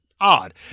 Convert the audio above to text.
odd